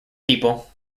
people